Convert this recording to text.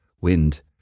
wind